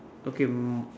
okay um